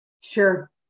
sure